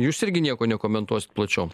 jūs irgi nieko nekomentuosit plačiau